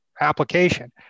application